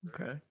Okay